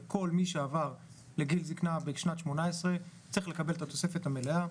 וכל מי שעבר לגיל זקנה בשנת 2018 צריך לקבל את התוספת המלאה.